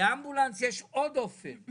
לאמבולנס יש עוד אופן,